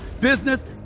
business